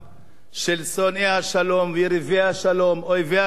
של שונאי השלום ויריבי השלום, אויבי השלום,